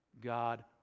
God